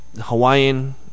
Hawaiian